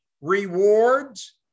rewards